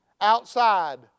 outside